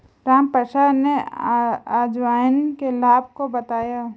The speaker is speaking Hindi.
रामप्रसाद ने अजवाइन के लाभ को बताया